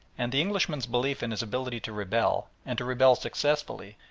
and the englishman's belief in his ability to rebel, and to rebel successfully,